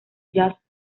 jazz